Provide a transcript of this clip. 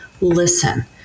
listen